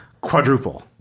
quadruple